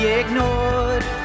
ignored